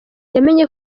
yamenye